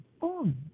on